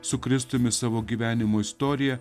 su kristumi savo gyvenimo istorija